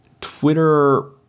Twitter